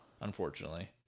unfortunately